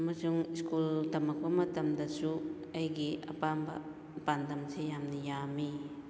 ꯑꯃꯁꯨꯡ ꯁ꯭ꯀꯨꯜ ꯇꯝꯃꯛꯄ ꯃꯇꯝꯗꯁꯨ ꯑꯩꯒꯤ ꯑꯄꯥꯝꯕ ꯄꯥꯟꯗꯝꯁꯤ ꯌꯥꯝꯅ ꯌꯥꯝꯃꯤ